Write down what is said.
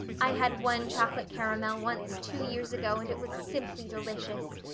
i had one chocolate caramel once two years ago and it was simply delicious.